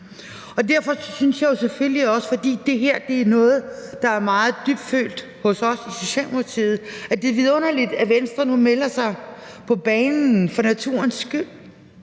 Og derfor synes jeg jo selvfølgelig også – for det her er noget, der er meget dybfølt hos os i Socialdemokratiet – at det er vidunderligt, at Venstre nu melder sig på banen for naturens skyld.